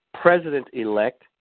president-elect